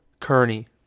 kearney